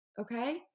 Okay